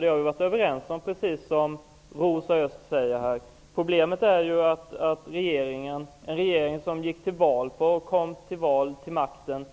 Det har vi varit överens om, precis som Rosa Problemet är att den regeringen som gick till val, och kom till makten,